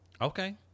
Okay